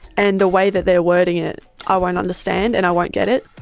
and the way that they are wording it i won't understand and i won't get it,